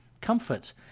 comfort